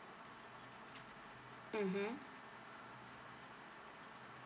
mmhmm